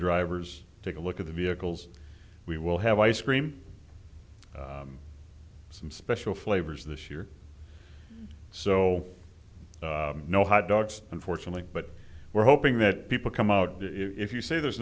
drivers take a look at the vehicles we will have ice cream some special flavors this year so no hotdogs unfortunately but we're hoping that people come out if you say there's